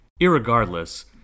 Irregardless